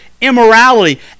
immorality